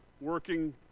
working